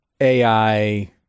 ai